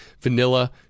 vanilla